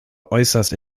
äußerst